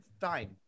fine